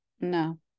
No